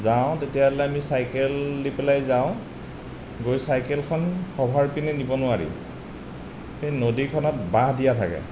যাঁও তেতিয়া হ'লে আমি চাইকেল দি পেলাই যাওঁ গৈ চাইকেলখন সভাৰ পিনে নিব নোৱাৰি সেই নদী খনত বাঁহ দিয়া থাকে